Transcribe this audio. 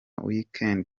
weekend